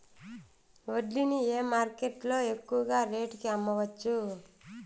వడ్లు ని ఏ మార్కెట్ లో ఎక్కువగా రేటు కి అమ్మవచ్చు?